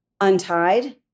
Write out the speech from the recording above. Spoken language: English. untied